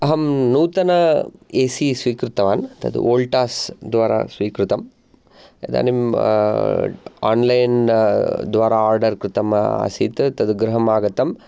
अहं नूतन एसी स्वीकृतवान् तद् वोल्टास् द्वारा स्वीकृतम् इदानीम् आन्लैन् द्वारा आर्डर् कृतम् आसीत् तद्गृहम् आगतं